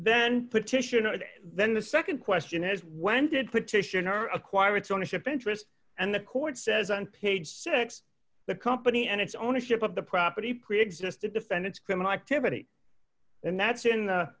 then petition then the nd question is when did petitioner acquire its ownership interest and the court says on page six the company and its ownership of the property preexisted defendant's criminal activity and that's in the